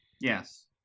Yes